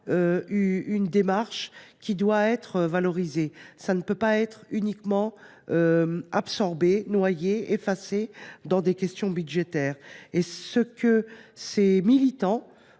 Cette démarche doit être valorisée et ne peut pas être absorbée, noyée, effacée dans des questions budgétaires. Ce que ces militants